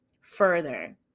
further